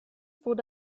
wurde